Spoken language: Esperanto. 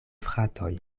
fratoj